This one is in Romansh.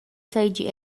seigi